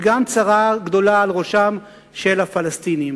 וגם צרה גדולה על ראשם של הפלסטינים.